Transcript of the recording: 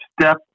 step